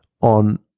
on